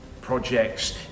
Projects